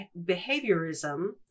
behaviorism